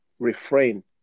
refrain